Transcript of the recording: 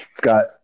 got